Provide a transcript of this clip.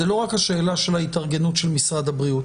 זה לא רק השאלה של ההתארגנות של משרד הבריאות.